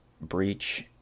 breach